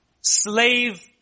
slave